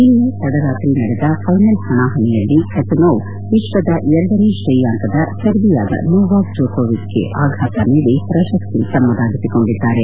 ನಿನ್ನೆ ತಡರಾತ್ರಿ ನಡೆದ ಫೈನಲ್ ಹಣಾಹಣಿಯಲ್ಲಿ ಖಚನೊವ್ ವಿಶ್ವದ ಎರಡನೇ ಶ್ರೇಯಾಂಕದ ಸರ್ಬಿಯಾದ ನೊವಾಕ್ ಜೊಕೊವಿಕ್ ಗೆ ಆಘಾತ ನೀಡಿ ಪ್ರಶಸ್ತಿ ಗೆದ್ದುಕೊಂಡಿದ್ದಾರೆ